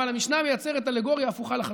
אבל המשנה מייצרת אלגוריה הפוכה לחלוטין: